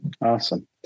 Awesome